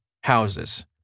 houses